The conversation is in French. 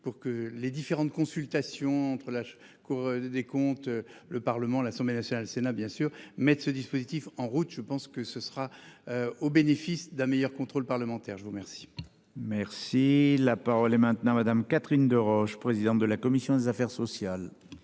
pour que les différentes consultations entre la Cour des comptes. Le Parlement, l'Assemblée nationale, Sénat bien sûr mais de ce dispositif en route. Je pense que ce sera. Au bénéfice d'un meilleur contrôle parlementaire. Je vous remercie. Merci. La parole est maintenant Madame Catherine Deroche, présidente de la commission des affaires sociales.